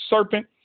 serpent